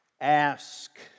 Ask